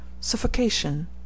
Suffocation